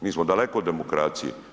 Mi smo daleko od demokracije.